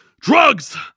drugs